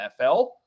NFL